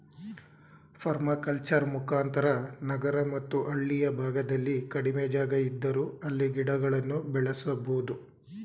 permaculture ಮುಖಾಂತರ ನಗರ ಮತ್ತು ಹಳ್ಳಿಯ ಭಾಗದಲ್ಲಿ ಕಡಿಮೆ ಜಾಗ ಇದ್ದರೂ ಅಲ್ಲಿ ಗಿಡಗಳನ್ನು ಬೆಳೆಸಬೋದು